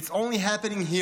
It's only happening here,